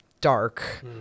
dark